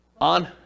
On